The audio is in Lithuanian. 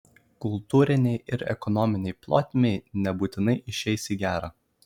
kultūrinei ir ekonominei plotmei nebūtinai išeis į gerą